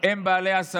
כפי שהמליצה הוועדה,